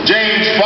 James